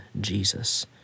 Jesus